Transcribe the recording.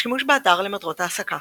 השימוש באתר למטרות העסקה